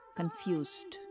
confused